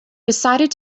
decided